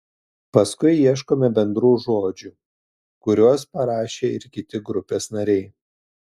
paskui ieškome bendrų žodžių kuriuos parašė ir kiti grupės nariai